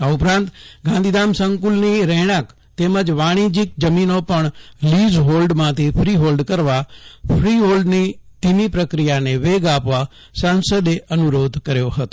આ ઉપરાંત ગાંધીધામ સંકુલની રહેણાક ઉપરાંત હવે વાણિજયિક જમીનો પણ લીઝ હોલ્ડમાંથી ફ્રી હોલ્ડ કરવા ફ્રી હોલ્ડની ધીમી પ્રક્રિયાને વેગ આપવા સાંસદે અનુરોધ કર્યો હતો